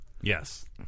Yes